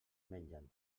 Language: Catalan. mengen